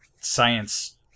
science